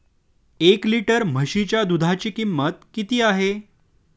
एक लिटर म्हशीच्या दुधाची किंमत किती आहे?